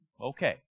Okay